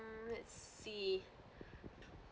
let's see